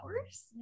hours